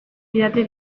didate